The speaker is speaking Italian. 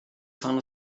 fanno